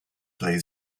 play